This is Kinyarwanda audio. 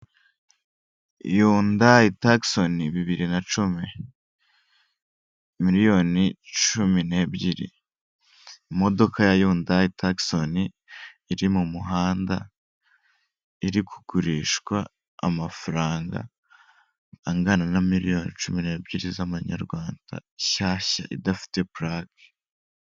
Umuhanda munini hakurya y'umuhanda hari inzu nini icururizwamo ibintu bitandukanye hari icyapa cy'amata n'icyapa gicuruza farumasi n'imiti itandukanye.